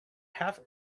half